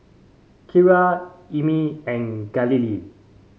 Kiara Emmie and Galilea